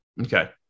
Okay